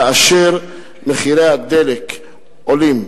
כאשר מחירי הדלק עולים,